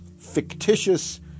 fictitious